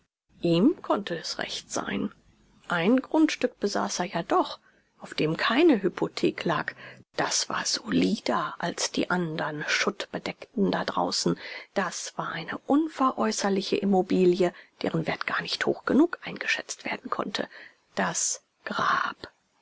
ihm konnte es recht sein ein grundstück besaß er ja doch auf dem keine hypothek lag das war solider als die andern schuttbedeckten da draußen das war eine unveräußerliche immobile deren wert gar nicht hoch genug eingeschätzt werden konnte das grab